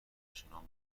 همچنان